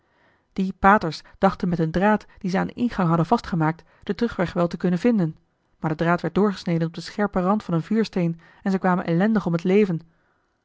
die paters dachten met een draad dien ze aan den ingang hadden vastgemaakt den terugweg wel te kunnen vinden maar de draad werd doorgesneden op den scherpen kant van een vuursteen en ze kwamen ellendig om het leven